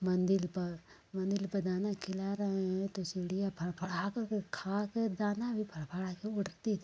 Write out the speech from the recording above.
मंदिर पर मंदिर पर दाना खिला रहें हैं तो चिड़िया फड़फड़ा करके खा कर दाना अभी फड़फड़ा कर उड़ती थी